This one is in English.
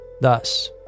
thus